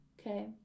Okay